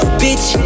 bitch